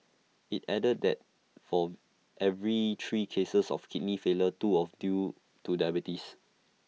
IT added that for every three cases of kidney failure two of due to diabetes